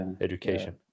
education